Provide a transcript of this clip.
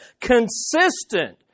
consistent